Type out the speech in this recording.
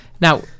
Now